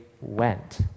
went